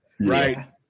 right